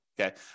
Okay